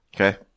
Okay